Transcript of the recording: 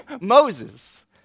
Moses